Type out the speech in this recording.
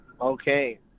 Okay